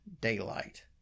daylight